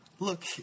look